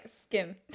skim